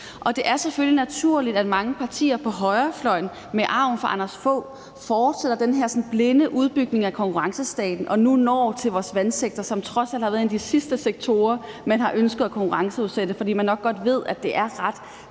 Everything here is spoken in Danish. Det er selvfølgelig naturligt, at mange partier på højrefløjen med arven fra Anders Fogh Rasmussen fortsætter den her blinde udbygning af konkurrencestaten og nu når til vores vandsektor, som trods alt har været en af de sidste sektorer, man har ønsket at konkurrenceudsætte, fordi man nok godt ved, at det er ret